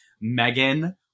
Megan